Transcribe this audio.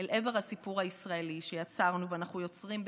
אל עבר הסיפור הישראלי שיצרנו ואנחנו יוצרים ביחד.